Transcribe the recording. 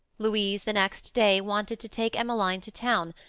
louise, the next day, wanted to take emmeline to town,